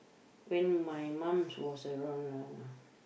when my mom was around lah